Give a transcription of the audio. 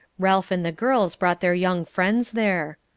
ralph and the girls brought their young friends there.